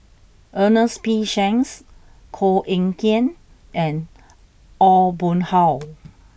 Ernest P Shanks Koh Eng Kian and Aw Boon Haw